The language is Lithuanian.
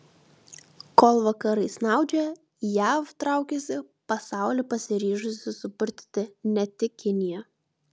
kol vakarai snaudžia jav traukiasi pasaulį pasiryžusi supurtyti ne tik kinija